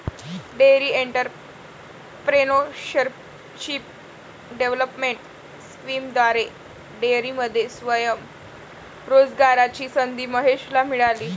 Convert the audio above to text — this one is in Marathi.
डेअरी एंटरप्रेन्योरशिप डेव्हलपमेंट स्कीमद्वारे डेअरीमध्ये स्वयं रोजगाराची संधी महेशला मिळाली